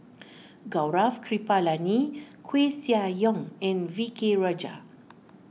Gaurav Kripalani Koeh Sia Yong and V K Rajah